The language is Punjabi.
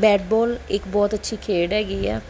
ਬੈਟ ਬੋਲ ਇੱਕ ਬਹੁਤ ਅੱਛੀ ਖੇਡ ਹੈਗੀ ਆ